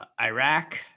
iraq